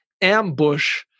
ambush